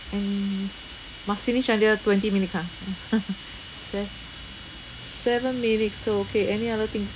and must finish earlier twenty minutes ha sev~ seven minutes so okay any other thing